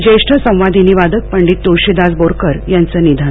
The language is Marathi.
ज्येष्ठ संवादिनी वादक पंडित तुळशीदास बोरकर याचं निधन